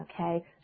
Okay